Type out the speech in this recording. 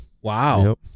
Wow